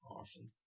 Awesome